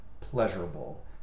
pleasurable